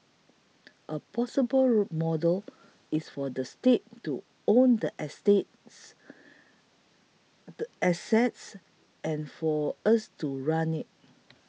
a possible model is for the state to own the astas assets and for us to run it